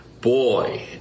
boy